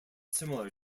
similar